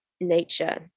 nature